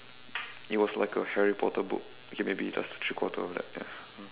it was like a Harry Potter book okay maybe just three quarter of that ya